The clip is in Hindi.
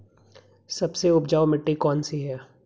सबसे उपजाऊ मिट्टी कौन सी है?